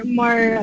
more